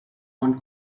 one